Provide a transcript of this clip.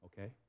okay